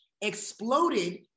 exploded